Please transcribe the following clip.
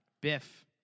Biff